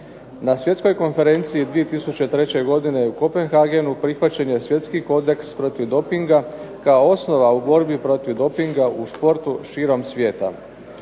Na Svjetskoj konferenciji 2003. godine u Kopenhagenu prihvaćen je Svjetski kodeks protiv dopinga kao osnova u borbi protiv dopinga u športu širom svijeta.